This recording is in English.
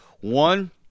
One